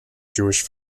jewish